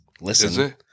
Listen